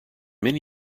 many